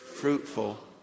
fruitful